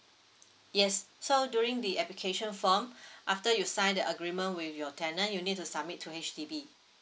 yes so during the application form after you sign the agreement with your tenant you need to submit to H_D_B